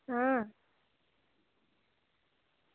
अं